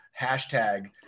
hashtag